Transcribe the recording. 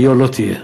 היה לא תהיה.